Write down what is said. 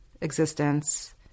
existence